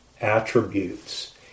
attributes